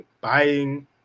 buying